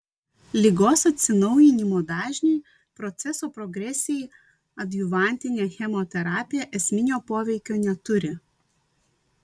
ligos atsinaujinimo dažniui proceso progresijai adjuvantinė chemoterapija esminio poveikio neturi